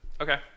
Okay